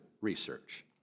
research